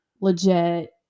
legit